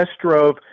drove